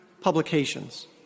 publications